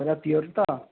ପୁରା ପିଓର ତ